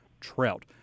trout